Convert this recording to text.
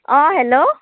অঁ হেল্ল'